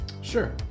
sure